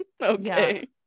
Okay